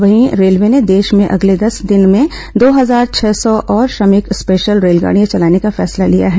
वहीं रेलवे ने देश में अगले दस दिन में दो हजार छह सौ और श्रमिक स्पेशल रेलगाड़ियां चलाने का फैसला किया है